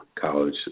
college